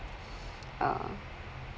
uh